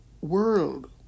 world